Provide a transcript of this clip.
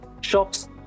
Shops